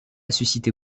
susciter